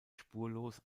spurlos